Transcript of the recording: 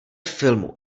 filmu